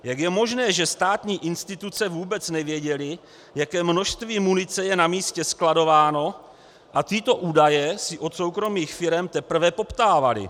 Jak je možné, že státní instituce vůbec nevěděly, jaké množství munice je na místě skladováno a tyto údaje si od soukromých firem teprve poptávaly?